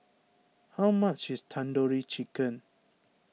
how much is Tandoori Chicken